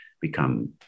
become